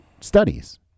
studies